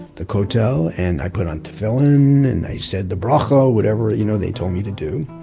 the kotel, and i put on tefillin, and i said the bracha, whatever you know they told me to do,